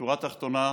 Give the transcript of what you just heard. שורה תחתונה: